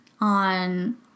on